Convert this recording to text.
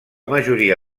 majoria